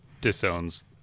disowns